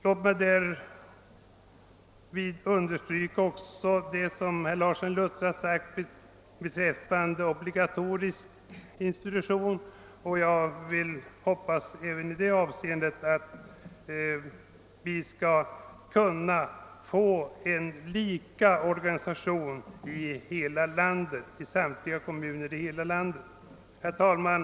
Jag vill därvid understryka vad herr Larsson i Luttra sade beträffande en obligatorisk institution och vill även i det avseendet hoppas att vi skall kunna få en organisation som är lika i samtliga kommuner i hela landet. Herr talman!